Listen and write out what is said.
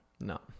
No